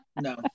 No